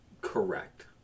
Correct